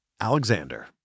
Alexander